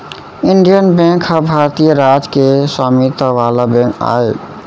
Indian bank ह भारतीय राज के स्वामित्व वाला बेंक आय